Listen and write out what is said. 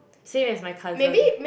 same as my cousin